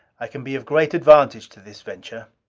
i can be of great advantage to this venture.